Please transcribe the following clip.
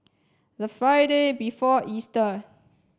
the Friday before Easter